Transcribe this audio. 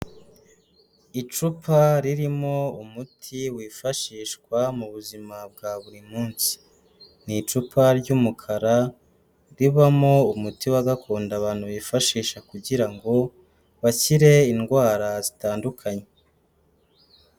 Icupa ririmo umuti wifashishwa mu buzima bwa buri munsi, ni icupa ry'umukara ribamo umuti wa gakondo abantu bifashisha kugira ngo bakire indwara zitandukanye.